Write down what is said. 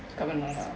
carbonara